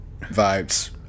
vibes